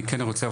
אני כן רוצה,